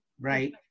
right